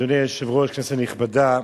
אדוני היושב-ראש, כנסת נכבדה,